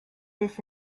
this